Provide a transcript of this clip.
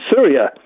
Syria